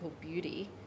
beauty